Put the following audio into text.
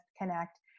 connect